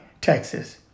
Texas